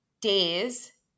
days